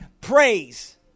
Praise